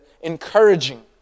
encouraging